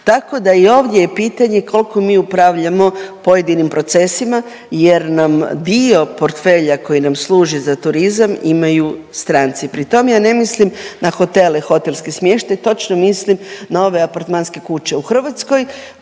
tako da i ovdje je pitanje koliko mi upravljamo pojedinim procesima jer nam dio portfelja koji nam služi za turizam imaju stranci. Pri tom ja ne mislim na hotele, hotelski smještaj. Točno mislim na ove apartmanske kuće. U Hrvatskoj